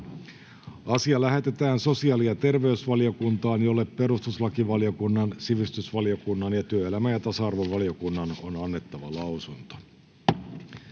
asia lähetetään sosiaali- ja terveysvaliokuntaan, jolle perustuslakivaliokunnan, sivistysvaliokunnan ja työelämä- ja tasa-arvovaliokunnan on annettava lausunto.